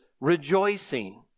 rejoicing